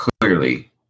clearly